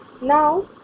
Now